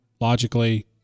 logically